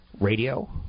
radio